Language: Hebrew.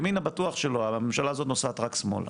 ימינה בטוח שלא, הממשלה הזאת נוסעת רק שמאלה.